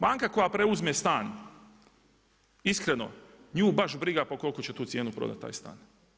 Banka koja preuzme stan iskreno nju baš briga po koliko će tu cijenu prodati taj stan.